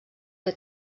que